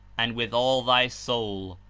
and with all thy soul,